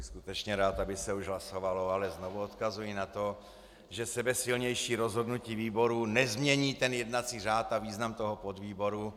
Já bych skutečně rád, aby se už hlasovalo, ale znovu odkazuji na to, že sebesilnější rozhodnutí výboru nezmění jednací řád a význam podvýboru.